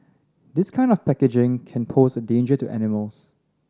this kind of packaging can pose a danger to animals